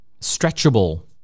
stretchable